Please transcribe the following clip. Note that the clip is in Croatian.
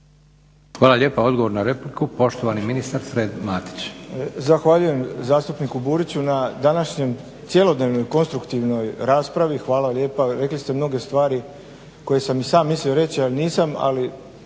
Hvala lijepa. Odgovor na repliku, poštovani ministar Fred Matić. **Matić, Predrag Fred** Zahvaljujem zastupniku Buriću na današnjoj cjelodnevnoj konstruktivnoj raspravi. Hvala lijepa. Rekli ste mnoge stvari koje sam i sam mislio reći, ali nisam.